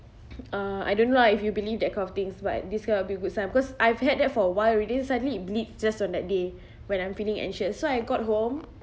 uh I don't know lah if you believe that kind of things but this can't be a good sign because I've had that for a while already suddenly it bleed just on that day when I'm feeling anxious so I got home